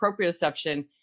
proprioception